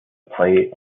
play